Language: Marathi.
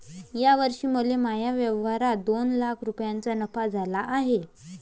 या वर्षी मला माझ्या व्यवसायात दोन लाख रुपयांचा नफा झाला आहे